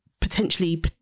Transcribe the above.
potentially